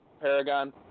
Paragon